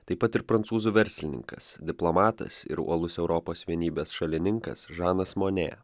taip pat ir prancūzų verslininkas diplomatas ir uolus europos vienybės šalininkas žanas monė